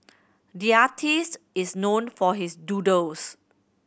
the artist is known for his doodles